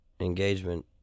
engagement